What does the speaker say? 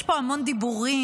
יש פה המון דיבורים,